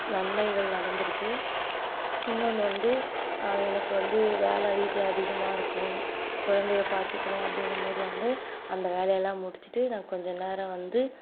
நன்மைகள் நடந்திருக்கு இன்னொன்று வந்து எனக்கு வந்து வேலை வீட்டில அதிகமாக இருக்கும் குழந்தைய பார்த்துக்கணும் அப்படின்னும்போது வந்து அந்த வேலையெல்லாம் முடிச்சிட்டு நான் கொஞ்சநேரம் வந்து